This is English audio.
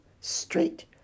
straight